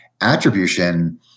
Attribution